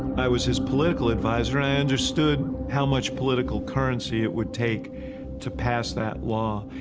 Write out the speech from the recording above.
i was his political adviser, and i understood how much political currency it would take to pass that law.